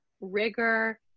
rigor